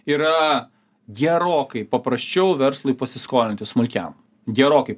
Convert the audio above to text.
yra gerokai paprasčiau verslui pasiskolinti smulkiam gerokai